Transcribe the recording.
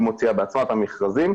היא מוציאה בעצמה את המכרזים.